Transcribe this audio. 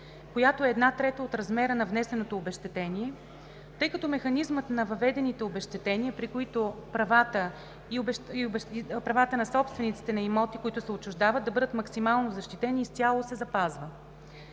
която е една трета от размера на внесеното обезщетение, тъй като механизмът на въведените обезщетения, при които правата на собствениците на имоти, които се отчуждават – да бъдат максимално защитени, изцяло се запазва.